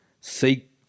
seek